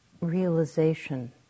realization